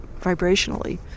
vibrationally